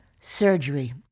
surgery